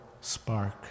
spark